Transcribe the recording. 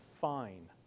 Fine